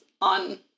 on